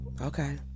Okay